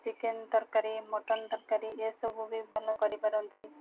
chicken ତରକାରୀ mutton ତରକାରୀ ଏସବୁ ବି ଭଲ କରିପାରନ୍ତି